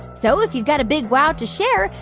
so if you've got a big wow to share,